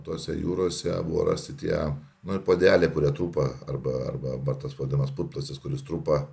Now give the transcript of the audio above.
tose jūrose buvo rasti tie nu ir puodeliai kurie trupa arba arba tas vadinamas putplastis kuris trupa